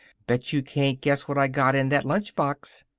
bet you can't guess what i got in that lunch box.